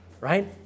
right